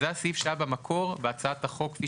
זה הסעיף שהיה בהצעת החוק במקור,